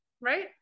right